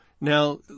now